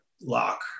lock